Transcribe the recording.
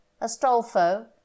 Astolfo